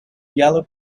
yellow